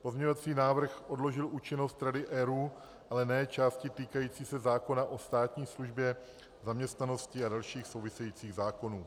Pozměňovací návrh odložil účinnost Rady ERÚ, ale ne části týkající se zákona o státní službě, zaměstnanosti a dalších souvisejících zákonů.